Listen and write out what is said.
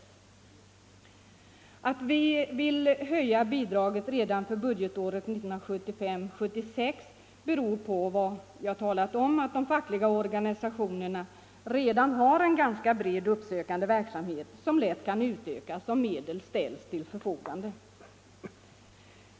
Att vi vill höja bidraget redan för budgetåret 1975/76 beror på vad jag talat om att de fackliga organisationerna redan har en ganska bred uppsökande verksamhet, som lätt kan utökas om medel ställs till förfogande.